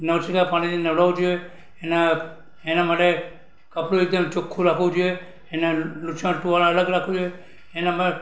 નવશેકા પાણીથી નવડાવવું જોઈએ એના એના માટે કપડું એકદમ ચોખ્ખું રાખવું જોઈએ એને લૂંછવાનો ટુવાલ અલગ રાખવું જોઈએ એનામાં